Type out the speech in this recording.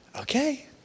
okay